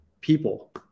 people